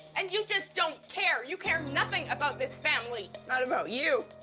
and you just don't care! you care nothing about this family. not about you.